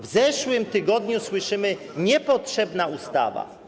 W zeszłym tygodniu słyszymy: niepotrzebna ustawa.